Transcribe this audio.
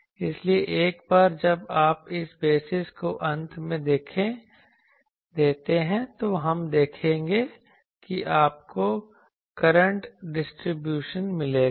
इसलिए एक बार जब आप इस बेसिस को अंत में रख देते हैं तो हम देखेंगे कि आपको करंट डिस्ट्रीब्यूशन मिलेगा